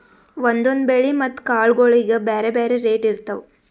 ಒಂದೊಂದ್ ಬೆಳಿ ಮತ್ತ್ ಕಾಳ್ಗೋಳಿಗ್ ಬ್ಯಾರೆ ಬ್ಯಾರೆ ರೇಟ್ ಇರ್ತವ್